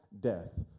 death